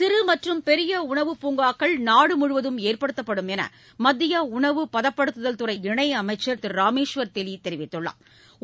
சிறு மற்றும் பெரிய உணவு பூங்காக்கள் நாடு முழுவதும் ஏற்படுத்தப்படும் என்று மத்திய உணவு பதப்படுத்துதல் துறை இணையமைச்சா் திரு ராமேஸ்வா் தெவி தெரிவித்துள்ளாா்